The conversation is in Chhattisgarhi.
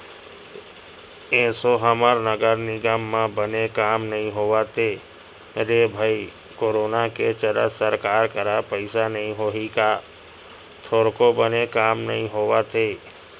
एसो हमर नगर निगम म बने काम नइ होवत हे रे भई करोनो के चलत सरकार करा पइसा नइ होही का थोरको बने काम नइ होवत हे